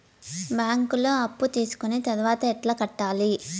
బ్యాంకులో అప్పు తీసుకొని తర్వాత ఎట్లా కట్టాలి?